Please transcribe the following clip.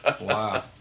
Wow